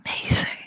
amazing